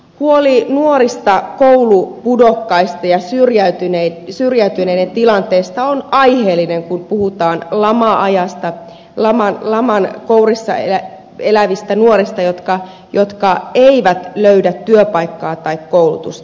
huoli nuorista koulupudokkaista ja syrjäytyneiden tilanteesta on aiheellinen kun puhutaan lama ajasta laman kourissa elävistä nuorista jotka eivät löydä työpaikkaa tai koulutusta